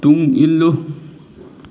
ꯇꯨꯡ ꯏꯜꯂꯨ